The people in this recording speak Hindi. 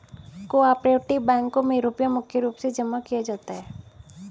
को आपरेटिव बैंकों मे रुपया मुख्य रूप से जमा किया जाता है